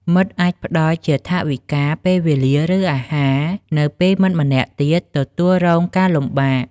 មិត្តអាចផ្ដល់ជាថវិកា ពេលវេលា ឬអាហារ នៅពេលមិត្តម្នាក់ទៀតទទួលរងការលំបាក។